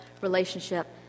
relationship